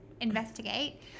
investigate